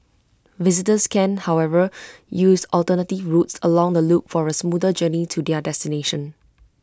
visitors can however use alternative routes along the loop for A smoother journey to their destination